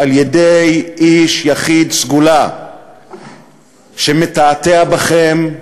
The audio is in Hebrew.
על-ידי איש יחיד סגולה שמתעתע בכם,